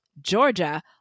Georgia